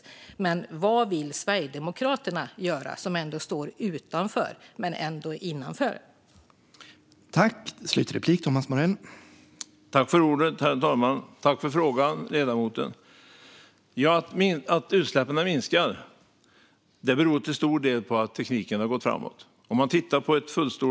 Min fråga kvarstår därför: Vad vill Sverigedemokraterna, som står utanför men ändå innanför, göra?